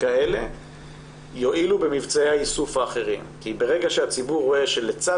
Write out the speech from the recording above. כאלה יועילו במבצעי האיסוף האחרים כי ברגע שהציבור רואה שלצד